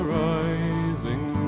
rising